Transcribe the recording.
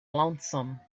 lonesome